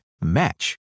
match